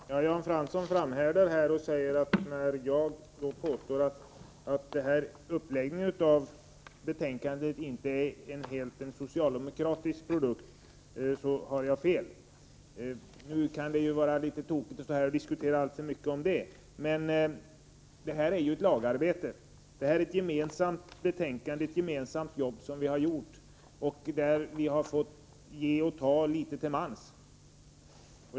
Fru talman! Jan Fransson framhärdar och säger att jag har fel när jag påstår att uppläggningen av betänkandet inte helt är produkten av ett socialdemokratisk agerande. Nu kan det vara litet tokigt att stå här och diskutera alltför mycket om detta, men det är här fråga om ett lagarbete. Det är ett gemensamt betänkande, ett gemensamt jobb som vi har gjort, där vi har fått ge och ta litet till mans.